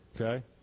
Okay